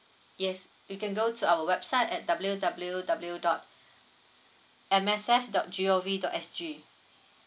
yes you can go to our website at W W W dot M S F dot G O V dot S G